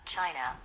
China